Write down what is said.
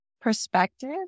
perspective